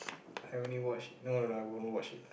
I only watch no lah I won't watch it ah